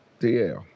DL